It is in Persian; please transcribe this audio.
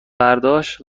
برداشت